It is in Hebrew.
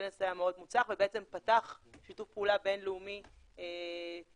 הכנס היה מאוד מוצלח ובעצם פתח שיתוף פעולה בינלאומי בתחום